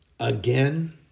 Again